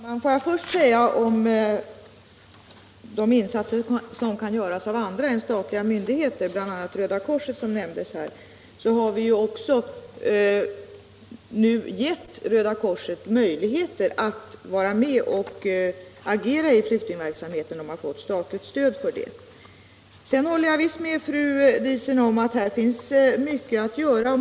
Herr talman! Jag vill först säga, i fråga om de insatser som kan göras av andra än statliga myndigheter, att vi nu har gett Röda korset - som nämndes här — möjligheter att vara med och agera i flyktingverksamheten, och Röda korset har fått statligt stöd för det. Visst håller jag med fru Diesen om att här finns mycket att göra.